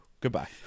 goodbye